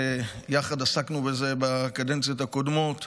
שיחד עסקנו בזה בקדנציות הקודמות,